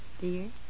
dear